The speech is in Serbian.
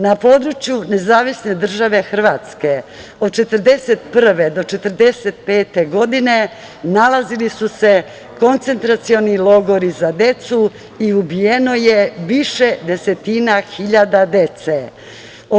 Na području nezavisne države Hrvatske od 1941. do 1945. godine nalazili su se koncentracioni logori za decu i ubijeno je više desetina hiljada dece.